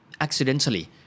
accidentally